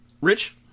Rich